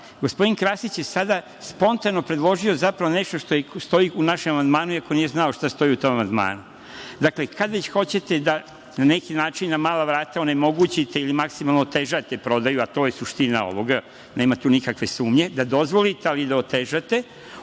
shvatiti. Gospodin Krasić sada je spontano predložio, zapravo nešto što stoji u našem amandmanu, iako nije znao šta stoji u tom amandmanu. Kada već hoćete na neki način na mala vrata onemogućite, ili maksimalno otežavate prodaju, a to je suština ovoga, nema tu nikakve sumnje, da dozvolite, ali da otežate